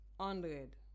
hundred